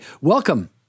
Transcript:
Welcome